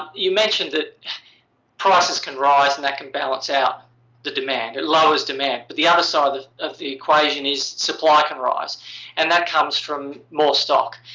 you mentioned that prices can rise and that can balance out the demand it lowers demand. but the other side of the equation is supply can rise and that comes from more stock.